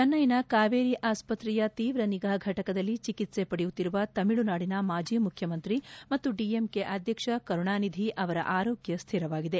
ಚೆನ್ನೈನ ಕಾವೇರಿ ಆಸ್ಪತ್ರೆಯ ತೀವ್ರ ನಿಗಾ ಫಟಕದಲ್ಲಿ ಚಿಕಿತ್ಸೆ ಪಡೆಯುತ್ತಿರುವ ತಮಿಳುನಾಡಿನ ಮಾಜಿ ಮುಖ್ಯಮಂತ್ರಿ ಮತ್ತು ಡಿಎಂಕೆ ಅಧ್ಯಕ್ಷ ಕರುಣಾನಿಧಿ ಅವರ ಆರೋಗ್ಯ ಸ್ಥಿರವಾಗಿದೆ